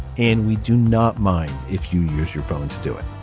and we do not mind if you use your phone to do it.